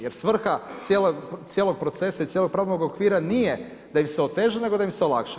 Jer svrha cijelog procesa i cijelog pravnog okvira nije da im se oteža, nego da im se olakša.